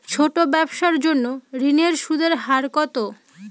ছোট ব্যবসার জন্য ঋণের সুদের হার কত?